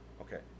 Okay